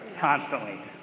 constantly